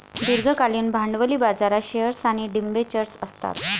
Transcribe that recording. दीर्घकालीन भांडवली बाजारात शेअर्स आणि डिबेंचर्स असतात